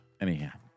Anyhow